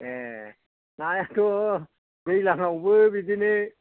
ए नायाथ' दैज्लांआवबो बिदिनो